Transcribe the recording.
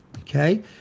Okay